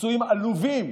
בביצועים עלובים